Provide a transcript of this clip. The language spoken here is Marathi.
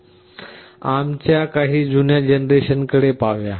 ARM च्या काही जुन्या जनरेशनकडे पाहूया